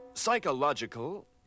Psychological